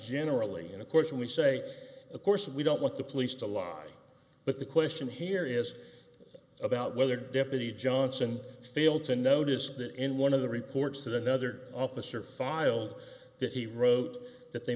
generally and of course when we say of course we don't want the police to lie but the question here is about whether deputy johnson fail to notice that in one of the reports today another officer filed that he wrote that they